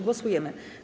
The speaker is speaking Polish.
Głosujemy.